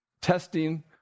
testing